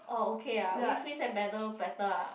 oh okay ah whisk whisk and batter better ah